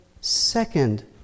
second